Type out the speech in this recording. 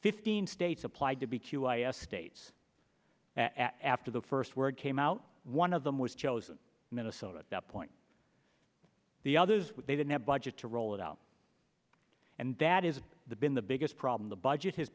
fifteen states applied to be q i s days after the first word came out one of them was chosen minnesota at that point the others what they didn't have a budget to roll it out and that is the been the biggest problem the budget has